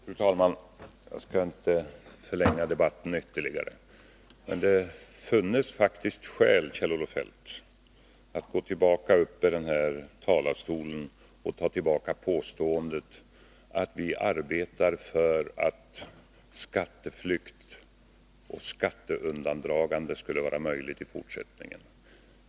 Fru talman! Jag skall inte förlänga debatten ytterligare, men det funnes faktiskt skäl för Kjell-Olof Feldt att gå upp i talarstolen igen och ta tillbaka påståendet att vi arbetar för att skatteflykt och skatteundandragande skall vara möjliga i fortsättningen.